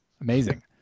Amazing